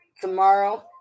Tomorrow